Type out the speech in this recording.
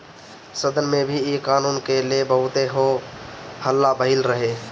सदन में भी इ कानून के ले बहुते हो हल्ला भईल रहे